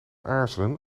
aarzelen